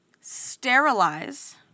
sterilize